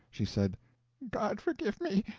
she said god forgive me,